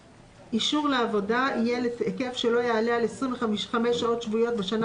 אישור לעבודה יהיה להיקף שלא יעלה על 25 שעות שבועיות בשנה